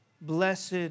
Blessed